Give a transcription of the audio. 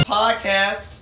podcast